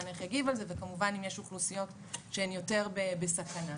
וכמובן אם יש אוכלוסיות שהן יותר בסכנה.